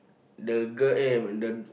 the girl eh the